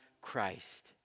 Christ